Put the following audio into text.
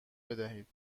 بدهید